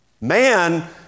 Man